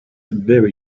very